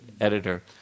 editor